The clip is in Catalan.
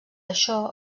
això